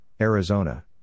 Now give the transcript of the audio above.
Arizona